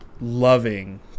loving